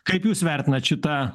kaip jūs vertinat šitą